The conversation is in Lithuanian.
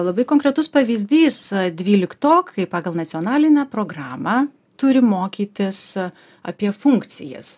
labai konkretus pavyzdys dvyliktokai pagal nacionalinę programą turi mokytis apie funkcijas